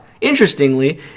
Interestingly